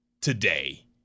today